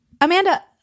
Amanda